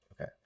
Okay